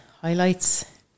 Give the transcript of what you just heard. Highlights